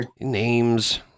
names